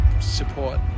support